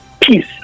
peace